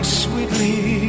sweetly